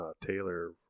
Taylor